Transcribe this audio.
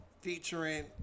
Featuring